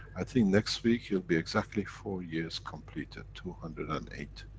i think next week, will be exactly four years complete, ah two hundred and eight.